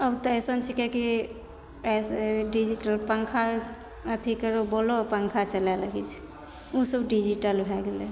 अब तऽ अइसन छिकै की डिजीटल पङ्खा अथी करो बोलो पङ्खा चलए लगैत छै सब डिजीटल भए गेलै